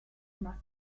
mass